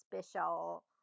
special